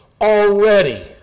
already